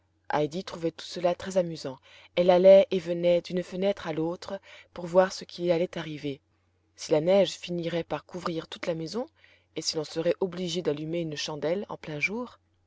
trouvait tout cela très amusant elle allait et venait d'une fenêtre à l'autre pour voir ce qui allait arriver si la neige finirait par couvrir toute la maison et si l'on serait obligé d'allumer une chandelle en plein jour